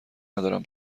ندارم